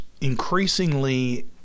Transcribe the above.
increasingly